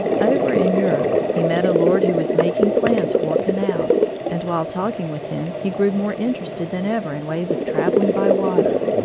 over in europe he met a lord who was making plans for canals, and while talking with him he grew more interested than ever in ways of traveling by water.